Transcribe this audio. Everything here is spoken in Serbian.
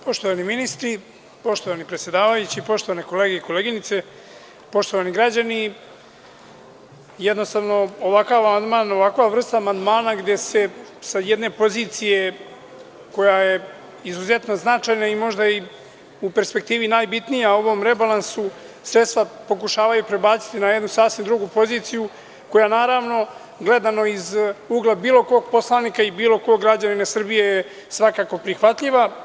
Poštovani ministri, poštovani predsedavajući, poštovane kolege i koleginice, poštovani građani, jednostavno ovakav amandman, ovakva vrsta amandmana, gde se sa jedne pozicije, koja je izuzetno značajna i možda u perspektivi najbitnija u ovom rebalansu, sredstva pokušavaju prebaciti na jednu sasvim drugu poziciju, koja je naravno, gledano iz ugla bilo kog poslanika i bilo kog građanina Srbije, svakako prihvatljiva.